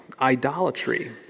idolatry